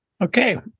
Okay